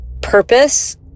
purpose